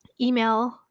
email